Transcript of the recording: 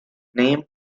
name